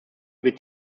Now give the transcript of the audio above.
wird